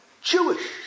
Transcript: Jewish